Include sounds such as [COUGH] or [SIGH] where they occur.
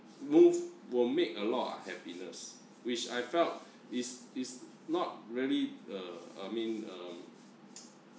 move will make a lot of unhappiness which I felt is is not really uh uh I mean uh [NOISE]